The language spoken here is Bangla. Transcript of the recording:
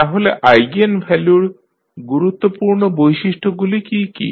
তাহলে আইগেনভ্যালুর গুরুত্বপূর্ণ বৈশিষ্ট্যগুলি কী কী